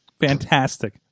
Fantastic